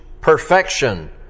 perfection